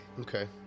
Okay